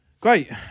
Great